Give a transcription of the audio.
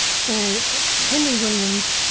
so henry williams,